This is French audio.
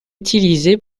utilisé